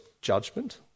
judgment